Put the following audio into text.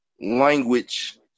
language